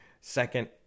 second